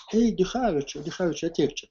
ei dichavičiaus dichavičiau ateik čia